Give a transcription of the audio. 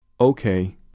Okay